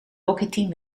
hockeyteam